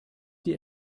die